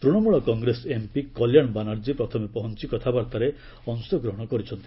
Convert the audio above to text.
ତୃଣମୂଳ Congress MP Kalyan Banerjee ପ୍ରଥମେ ପହଞ୍ଚ କଥାବାର୍ତ୍ତାରେ ଅଂଶଗ୍ରହଣ କରିଛନ୍ତି